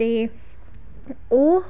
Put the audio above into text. ਅਤੇ ਉਹ